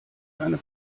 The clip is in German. eine